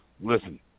Listen